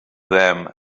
them